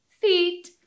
feet